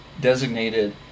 designated